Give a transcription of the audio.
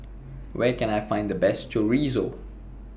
Where Can I Find The Best Chorizo